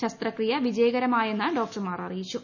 ശസ്ത്രക്രിയ വിജയകരമായെന്ന് ഡോക്ടർമാർ അറിയിച്ചു